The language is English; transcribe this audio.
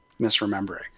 misremembering